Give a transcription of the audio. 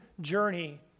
journey